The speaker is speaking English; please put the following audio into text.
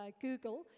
Google